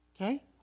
Okay